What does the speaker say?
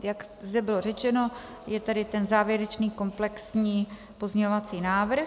Jak zde bylo už řečeno, je tady ten závěrečný komplexní pozměňovací návrh.